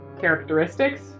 characteristics